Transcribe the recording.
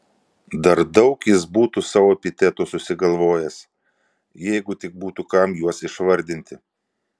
dar daug jis būtų sau epitetų susigalvojęs jeigu tik būtų kam juos išvardinti